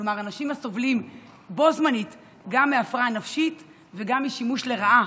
כלומר אנשים הסובלים בו זמנית גם מהפרעה נפשית וגם משימוש לרעה